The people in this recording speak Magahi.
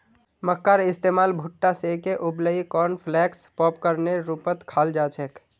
मक्कार इस्तमाल भुट्टा सेंके उबलई कॉर्नफलेक्स पॉपकार्नेर रूपत खाल जा छेक